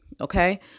okay